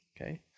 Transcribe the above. okay